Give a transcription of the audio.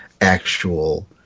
actual